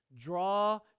draw